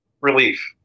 Relief